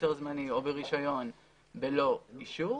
בהיתר זמני או ברישיון בלא אישור,